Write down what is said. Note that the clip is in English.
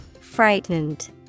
Frightened